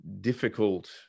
difficult